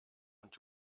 und